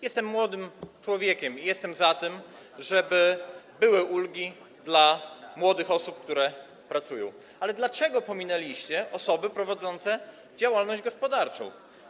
Jestem młodym człowiekiem i jestem za tym, żeby były ulgi dla młodych osób, które pracują, ale dlaczego pominęliście osoby prowadzące działalność gospodarczą?